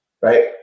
Right